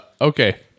Okay